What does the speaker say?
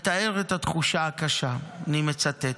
מתאר את התחושה הקשה, אני מצטט: